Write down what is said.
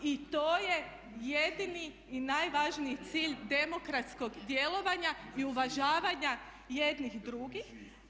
I to je jedini i najvažniji cilj demokratskog djelovanja i uvažavanja jedni drugih.